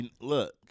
Look